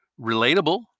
relatable